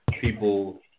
people